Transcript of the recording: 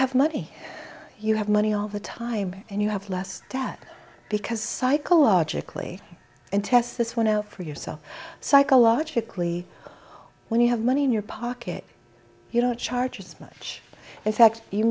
have money you have money all the time and you have less debt because psychologically and test this one out for yourself psychologically when you have money in your pocket you don't charge as much in fact you